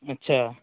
अच्छा